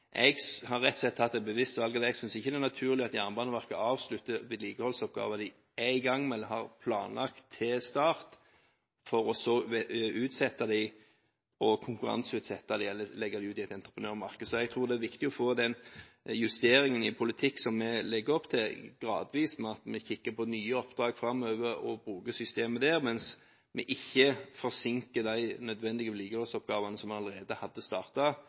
Jeg har rett og slett tatt det bevisste valget at jeg ikke synes det er naturlig at Jernbaneverket avslutter vedlikeholdsoppgaver de er i gang med eller har planlagt til start, for så å utsette dem, konkurranseutsette dem eller legge dem ut i entreprenørmarkedet. Jeg tror det er viktig å få den justeringen i politikk som vi legger opp til, gradvis, ved at vi kikker på nye oppdrag framover og bruker systemet der, mens vi ikke forsinker de nødvendige vedlikeholdsoppgavene som vi allerede hadde